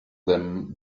them